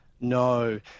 No